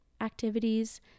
activities